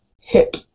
hip